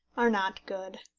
are not good.